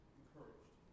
encouraged